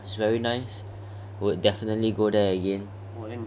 it's very nice would definitely go there again